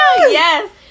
yes